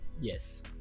Yes